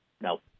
no